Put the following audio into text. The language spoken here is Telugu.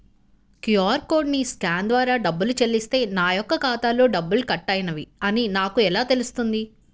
క్యూ.అర్ కోడ్ని స్కాన్ ద్వారా డబ్బులు చెల్లిస్తే నా యొక్క ఖాతాలో డబ్బులు కట్ అయినవి అని నాకు ఎలా తెలుస్తుంది?